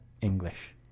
english